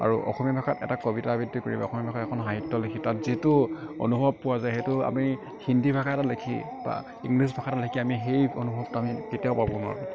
আৰু অসমীয়া ভাষাত এটা কবিতা আবৃত্তি কৰি বা অসমীয়া ভাষাত এখন সাহিত্য লিখি তাত যিটো অনুভৱ পোৱা যায় সেইটো আমি হিন্দী ভাষা এটাত লিখি বা ইংলিছ ভাষা এটাত লিখি আমি সেই অনুভৱটো আমি কেতিয়াও পাব নোৱাৰোঁ